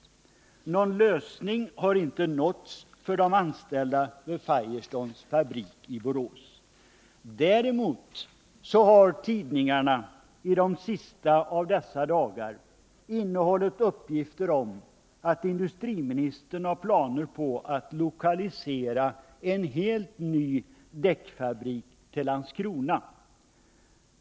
Någon lösning har inte nåtts för de anställda vid Firestones fabrik i Borås. Däremot har tidningarna i de sista av dessa dagar innehållit uppgifter om att industriministern har planer på att lokalisera en helt ny däckfabrik till Landskrona.